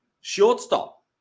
Shortstop